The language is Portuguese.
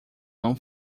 não